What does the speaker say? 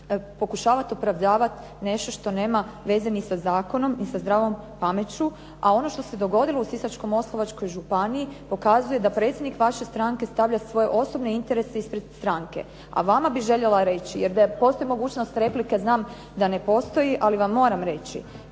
pokušavate opravdavati nešto što nema veze ni sa zakonom ni sa zdravom pameću. A ono što se dogodilo u Sisačko-moslavačkoj župani pokazuje da predsjednik vaše stranke stavlja svoje osobne interese ispred stranke. A vama bih željela reći jer da postoji mogućnost replike, znam da ne postoji ali vam moram reći.